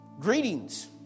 Greetings